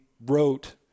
wrote